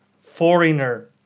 foreigner